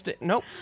nope